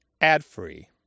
ad-free